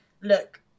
look